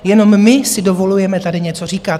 Jenom my si dovolujeme tady něco říkat.